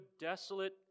desolate